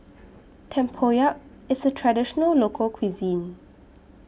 Tempoyak IS A Traditional Local Cuisine